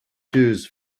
shoes